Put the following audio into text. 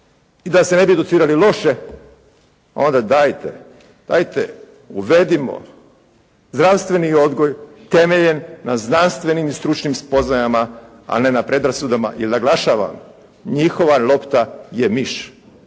i da se ne bi educirali loše onda dajte, dajte, uvedimo zdravstveni odgoj temeljen na znanstvenim i stručnim spoznajama ali ne na predrasudama jer naglašavam njihova lopta je miš.